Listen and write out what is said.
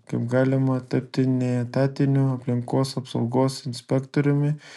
kaip galima tapti neetatiniu aplinkos apsaugos inspektoriumi